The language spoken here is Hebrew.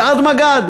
זה עד מג"ד,